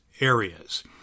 areas